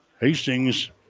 Hastings